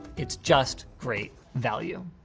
it's just great value.